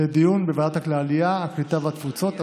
לדיון בוועדת העלייה, הקליטה והתפוצות.